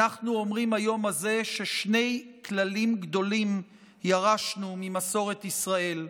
אנחנו אומרים היום ששני כללים גדולים ירשנו ממסורת ישראל: